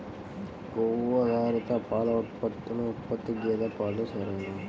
కొవ్వు ఆధారిత పాల ఉత్పత్తుల ఉత్పత్తికి గేదె పాలే సరైనవి